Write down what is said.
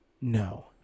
No